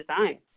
design